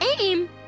aim